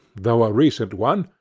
though a recent one,